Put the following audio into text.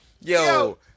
Yo